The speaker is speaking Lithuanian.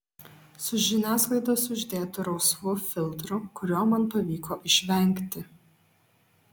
su žiniasklaidos uždėtu rausvu filtru kurio man pavyko išvengti